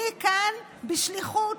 אני כאן בשליחות,